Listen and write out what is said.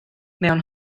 mewn